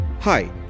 Hi